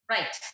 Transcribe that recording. Right